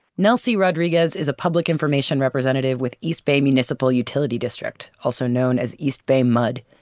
nelsy rodiguez is a public information representative with east bay municipal utility district, also known as east bay mud.